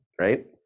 right